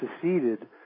seceded